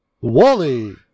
wally